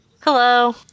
Hello